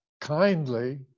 kindly